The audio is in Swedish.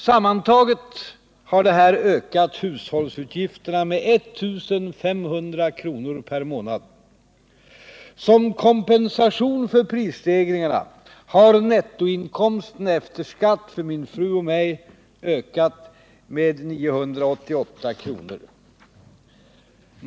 Sammantaget har det här ökat hushållsutgifterna med 1 500 kronor per månad. Som kompensation för prisstegringarna har nettoinkomsten efter skatt för min fru och mig ökat med 988 kronor.